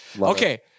Okay